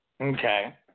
Okay